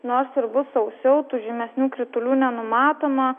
nors ir bus sausiau tų žymesnių kritulių nenumatoma